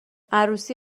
عروسی